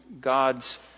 God's